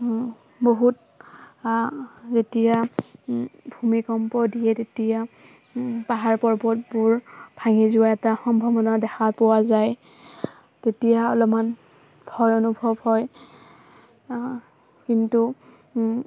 বহুত যেতিয়া ভূমিকম্প দিয়ে তেতিয়া পাহাৰ পৰ্বতবোৰ ভাঙি যোৱা এটা সম্ভাৱনা দেখা পোৱা যায় তেতিয়া অলপমান ভয় অনুভৱ হয় কিন্তু